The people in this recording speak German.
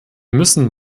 müssen